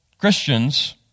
Christians